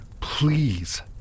please